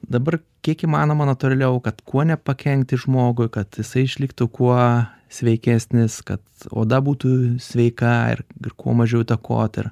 dabar kiek įmanoma natūraliau kad kuo nepakenkti žmogui kad jisai išliktų kuo sveikesnis kad oda būtų sveika ir ir kuo mažiau įtakot ir